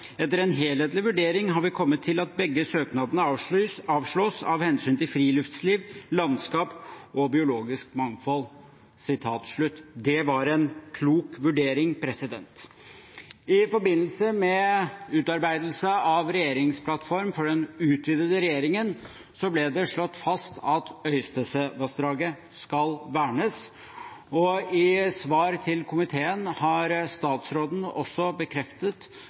Etter en helhetlig vurdering har vi kommet til at begge søknadene avslås av hensyn til friluftsliv, landskap og biologisk mangfold». Det var en klok vurdering. I forbindelse med utarbeidelse av regjeringsplattform for den utvidede regjeringen ble det slått fast at Øystesevassdraget skal vernes, og i svar til komiteen har statsråden også bekreftet